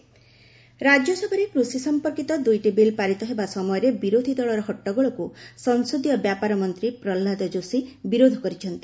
Prahlad Joshi farm bill ରାଜ୍ୟସଭାରେ କୃଷି ସମ୍ପର୍କିତ ଦୁଇଟି ବିଲ୍ ପାରିତ ହେବା ସମୟରେ ବିରୋଧି ଦଳର ହଟ୍ଟଗୋଳକୁ ସଂସଦୀୟ ବ୍ୟାପାର ମନ୍ତ୍ରୀ ପ୍ରହ୍ଲାଦ ଯୋଶୀ ବିରୋଧ କରିଛନ୍ତି